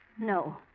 No